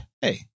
hey